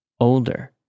older